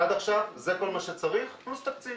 עד עכשיו זה כל מה שצריך פלוס תקציב,